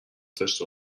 داشته